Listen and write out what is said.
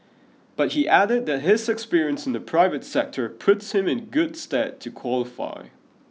but he added that his experience in the private sector puts him in good stead to qualify